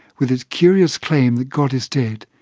with its curious claim that god is dead,